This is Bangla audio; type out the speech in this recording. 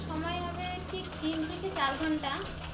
সময় হবে ঠিক তিন থেকে চার ঘণ্টা